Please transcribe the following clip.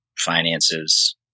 Finances